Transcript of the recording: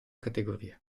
categoria